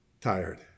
tired